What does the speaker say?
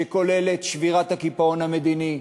שכוללת שבירת הקיפאון המדיני,